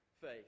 faith